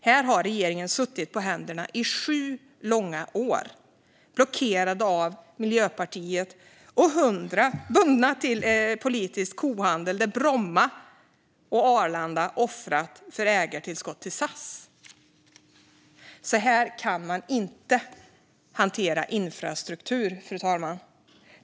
Här har regeringen suttit på händerna i sju långa år, blockerade av Miljöpartiet och bundna till politisk kohandel där Bromma och Arlanda offrats för ägartillskott till SAS. Så kan man inte hantera infrastruktur, fru talman.